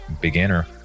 beginner